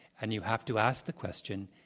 and you have to ask the question,